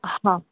हा